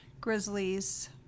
grizzlies